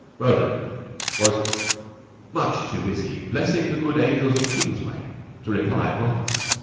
roland was much too busy blessing the good angels of kingsway to reply at once.